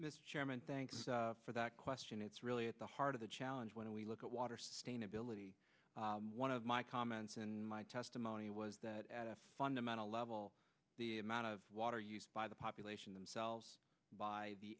chairman thank you for that question it's really at the heart of the challenge when we look at water stain ability one of my comments and my testimony was that at a fundamental level the amount of water used by the population themselves by the